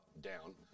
down